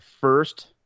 first